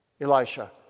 Elisha